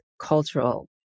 cultural